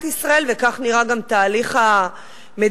ישראל וכך נראה גם התהליך המדיני,